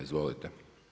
Izvolite.